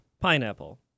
Pineapple